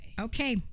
okay